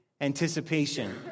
anticipation